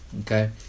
Okay